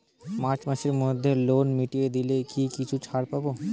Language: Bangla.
মার্চ মাসের মধ্যে লোন মিটিয়ে দিলে কি কিছু ছাড় পাব?